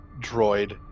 droid